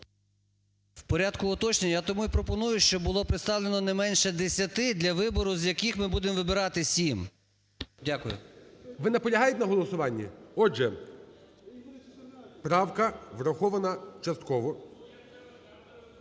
В порядку уточнення я тому і пропоную, щоб було представлено не менше 10, для вибору, з яких ми будем вибирати 7. Дякую. ГОЛОВУЮЧИЙ. Ви наполягаєте на голосуванні? Отже, правка врахована частково.